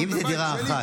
אם זו דירה אחת,